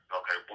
okay